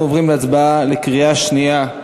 אנחנו עוברים להצבעה בקריאה שנייה.